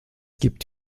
gibt